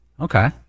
Okay